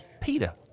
Peter